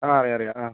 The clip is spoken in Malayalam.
ആ അറിയാം അറിയാം ആ